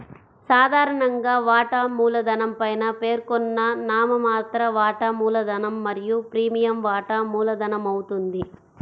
సాధారణంగా, వాటా మూలధనం పైన పేర్కొన్న నామమాత్ర వాటా మూలధనం మరియు ప్రీమియం వాటా మూలధనమవుతుంది